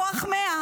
כוח 100,